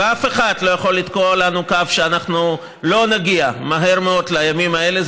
ואף אחד לא יכול לתקוע לנו כף שלא נגיע מהר מאוד לימים האלה,